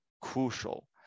crucial